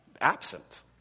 absent